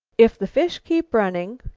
if the fish keep running,